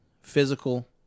physical